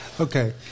Okay